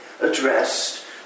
addressed